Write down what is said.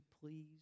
please